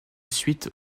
suite